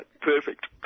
Perfect